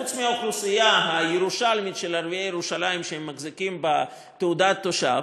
חוץ מהאוכלוסייה הירושלמית של ערביי ירושלים שמחזיקים בתעודת תושב,